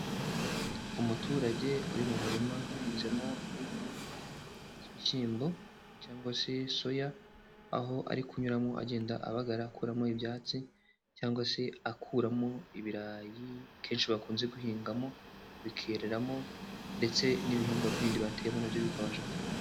Umuturage uri mu murima uhinzemo ibihingwa cy'ibishyimbo cyangwa se soya, aho ari kunyuramo agenda abagara akuramo ibyatsi cyangwa se akuramo ibirayi kenshi bakunze guhingamo bikereramo ndetse n'ibihingwa b'indi bateyemo na byo bikabasha kwera.